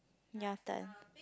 your turn